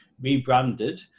rebranded